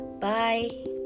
bye